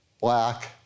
black